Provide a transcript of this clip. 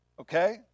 okay